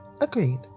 Agreed